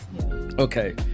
Okay